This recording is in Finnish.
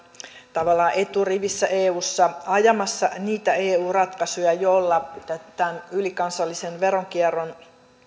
tavallaan eturivissä eussa ajamassa niitä eu ratkaisuja joilla tämän ylikansallisen veronkierron